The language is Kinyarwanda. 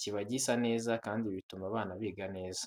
kiba gisa neza kandi ibi bituma abana biga neza.